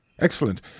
Excellent